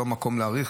וזה לא המקום להאריך,